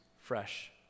fresh